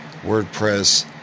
WordPress